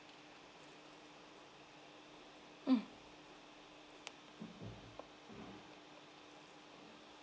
mm